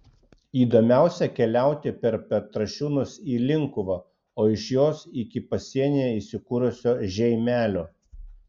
įdomiausia keliauti per petrašiūnus į linkuvą o iš jos iki pasienyje įsikūrusio žeimelio